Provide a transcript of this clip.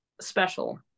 special